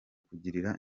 kugirira